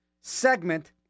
segment